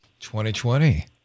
2020